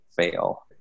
fail